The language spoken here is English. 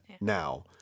now